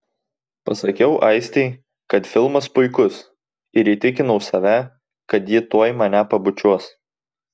pasakiau aistei kad filmas puikus ir įtikinau save kad ji tuoj mane pabučiuos